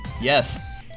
yes